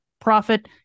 profit